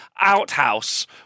outhouse